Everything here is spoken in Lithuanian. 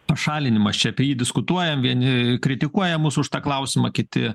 pašalinimas čia apie jį diskutuojam vieni kritikuoja mus už tą klausimą kiti